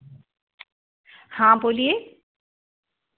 हाँ बोलिए